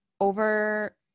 Over